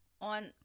on